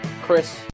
Chris